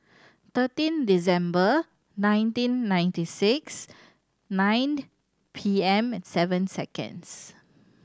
thirteen December nineteen ninety six nine P M seven seconds